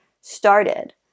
started